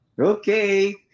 okay